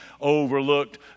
overlooked